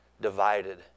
Divided